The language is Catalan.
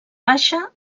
baixa